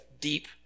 deep